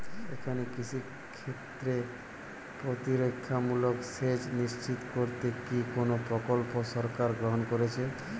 এখানে কৃষিক্ষেত্রে প্রতিরক্ষামূলক সেচ নিশ্চিত করতে কি কোনো প্রকল্প সরকার গ্রহন করেছে?